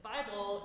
Bible